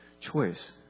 choice